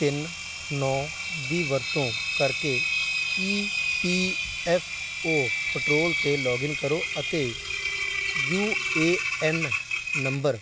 ਤਿੰਨ ਨੌਂ ਦੀ ਵਰਤੋਂ ਕਰਕੇ E P F O portal 'ਤੇ ਲੌਗਇਨ ਕਰੋ ਅਤੇ ਯੂ ਏ ਐਨ ਨੰਬਰ